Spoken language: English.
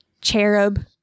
cherub